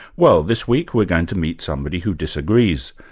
well, this week we're going to meet somebody who disagrees.